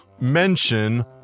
mention